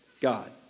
God